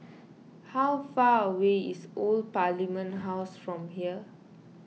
how far away is Old Parliament House from here